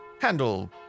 handle